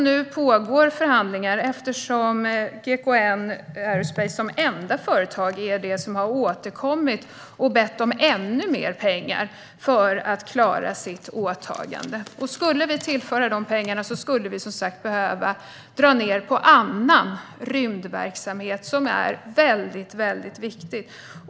Nu pågår förhandlingar eftersom GKN Aerospace som enda företag har återkommit och bett om ännu mer pengar för att klara sitt åtagande. Skulle vi tillföra dessa pengar skulle vi som sagt behöva dra ned på annan rymdverksamhet som är väldigt viktig.